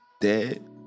dead